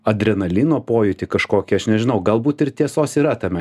adrenalino pojūtį kažkokį aš nežinau galbūt ir tiesos yra tame